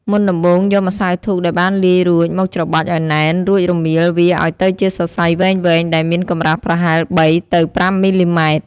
មុនដំបូងរយកម្សៅធូបដែលបានលាយរួចមកច្របាច់ឱ្យណែនរួចរមៀលវាឱ្យទៅជាសរសៃវែងៗដែលមានកម្រាស់ប្រហែល ៣ ទៅ ៥ មីលីម៉ែត្រ។